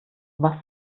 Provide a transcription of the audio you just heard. was